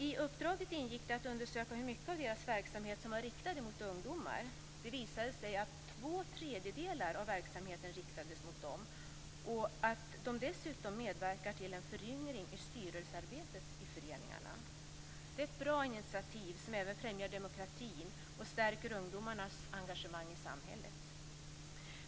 I uppdraget ingick att undersöka hur mycket av deras verksamhet som var riktad till ungdomar. Det visade sig att två tredjedelar riktades till ungdomar och att de dessutom medverkar till en föryngring i styrelsearbetet i föreningarna. Det är ett bra initiativ som även främjar demokratin och stärker ungdomarnas engagemang i samhället.